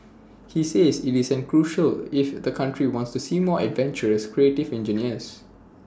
he says IT is crucial if the country wants to see more adventurous creative engineers